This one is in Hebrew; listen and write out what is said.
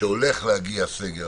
שהולך להיות סגר,